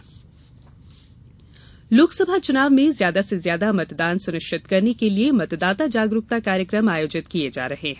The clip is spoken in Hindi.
मतदाता जागरूकता लोकसभा चुनाव में ज्यादा से ज्यादा मतदान सुनिष्चित करने के लिए मतदाता जागरूकता कार्यक्रम आयोजित किए जा रहे हैं